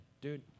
dude